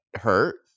hurt